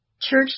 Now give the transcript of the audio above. Church